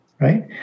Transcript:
Right